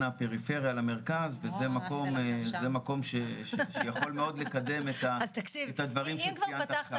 הפריפריה למרכז וזה מקום שיכול מאוד לקדם את הדברים שציינת עכשיו.